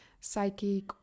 psychic